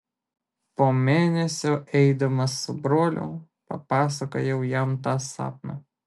po mėnesio eidamas su broliu papasakojau jam tą sapną